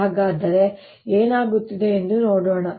ಹಾಗಾದರೆ ಏನಾಗುತ್ತಿದೆ ಎಂದು ನೋಡೋಣ